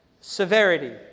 severity